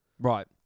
Right